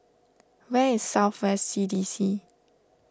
where is South West C D C